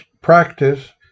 practice